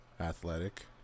athletic